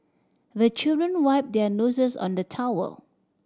the children wipe their noses on the towel